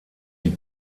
die